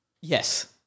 Yes